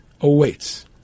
awaits